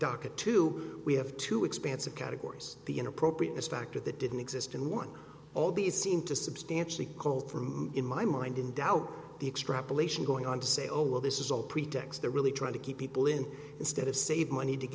docket to we have to expansive categories the inappropriateness factor that didn't exist in one all these seem to substantially call for in my mind in doubt the extrapolation going on to say oh well this is all pretext they're really trying to keep people in instead of save money to